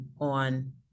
on